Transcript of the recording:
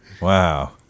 Wow